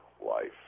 life